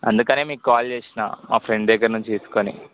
అందుకనే మీకు కాల్ చేసిన మా ఫ్రెండ్ దగ్గర నుంచి తీసుకొని